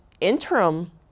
interim